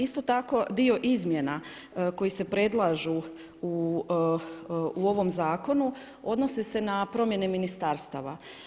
Isto tako dio izmjena koje se predlažu u ovom zakonu odnose se na promjene ministarstava.